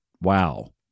Wow